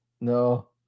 No